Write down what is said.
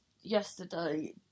yesterday